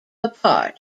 apart